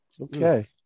Okay